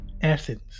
essence